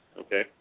Okay